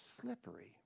slippery